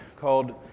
called